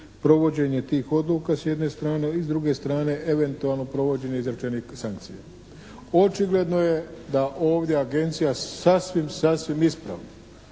provođenje tih odluka s jedne strane i s druge strane eventualno provođenje izrečenih sankcija. Očigledno je da ovdje agencija sasvim, sasvim ispravno